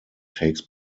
takes